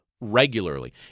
regularly